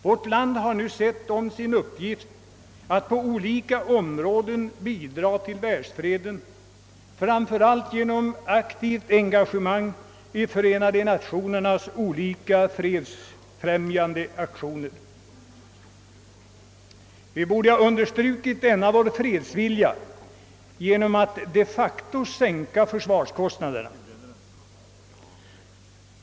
Vårt land har nu sett som sin uppgift att på olika områden bidraga till världsfreden, framför allt genom ett aktivt engagemang i FN:s olika fredsfrämjande aktioner. Vi borde ha understrukit denna vår fredsvilja genom att de facto minska försvarskostnaderna.